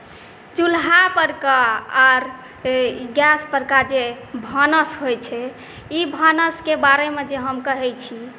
चुल्हा परके आओर गैस परके जे भानस होइत छै ई भानसके बारेमे जे हम कहैत छी